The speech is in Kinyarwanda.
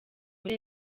muri